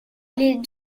les